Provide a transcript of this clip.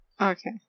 Okay